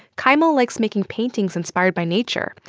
kaimal likes making paintings inspired by nature.